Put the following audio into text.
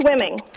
Swimming